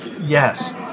yes